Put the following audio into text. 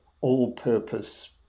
all-purpose